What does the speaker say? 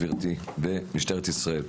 גברתי ומשטרת ישראל,